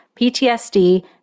PTSD